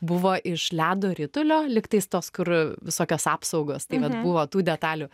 buvo iš ledo ritulio lygtais tos kur visokios apsaugos taip pat buvo tų detalių